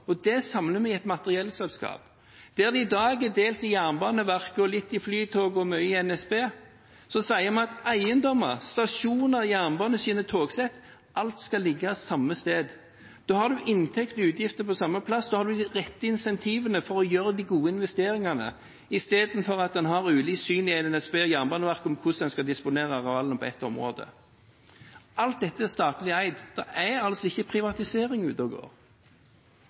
jernbanen. Det samler vi i et materiellselskap. Der en i dag er delt inn i Jernbaneverket, litt i Flytoget og mye i NSB, sier vi at eiendommer, stasjoner, jernbaneskinner og togsett – alt skal ligge samme sted. Da har en inntekter og utgifter på samme sted, da har en de rette incentivene for å gjøre de gode investeringene i stedet for at en har ulikt syn i NSB og Jernbaneverket på hvordan en skal disponere arealene på et område. Alt dette er statlig eid. Det er altså ikke privatisering ute og går.